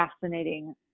fascinating